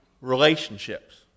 relationships